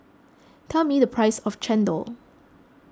tell me the price of Chendol